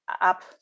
up